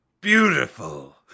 Beautiful